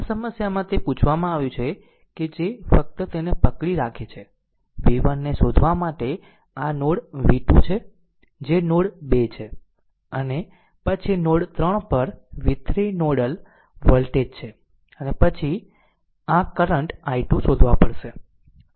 આ સમસ્યામાં તે પૂછવામાં આવ્યું છે કે જે ફક્ત તેને પકડી રાખે છે v1 ને શોધવા માટે આ નોડ 1 v2 છે જે નોડ 2 છે અને પછી નોડ 3 પર v3 નોડલ વોલ્ટેજ છે અને પછી આ કરંટ i2 શોધવા પડશે